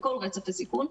על כל רצף הסיכון,